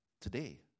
today